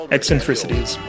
Eccentricities